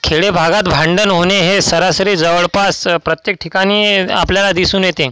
खेडे भागात भांडण होणे हे सरासरी जवळपास प्रत्येक ठिकाणी आपल्याला दिसून येते